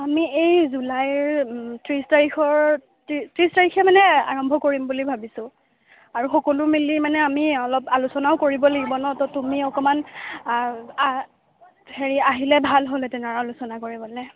আমি এই জুলাইৰ ত্ৰিছ তাৰিখৰ ত্ৰিছ তাৰিখে মানে আৰম্ভ কৰিম বুলি ভাবিছোঁ আৰু সকলো মিলি মানে আমি অলপ আলোচনাও কৰিব লাগিব ন ত' তুমি অকণমান হেৰি আহিলে ভাল হ'লহেঁতেন আৰু আলোচনা কৰিবলৈ